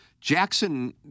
Jackson